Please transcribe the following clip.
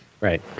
right